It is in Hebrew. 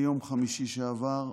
ביום חמישי שעבר,